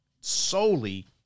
solely